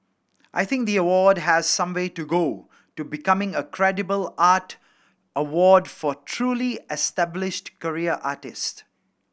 I think the award has some way to go to becoming a credible art award for truly established career artist